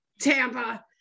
Tampa